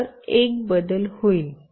तर एक बदल होईल